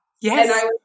Yes